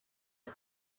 her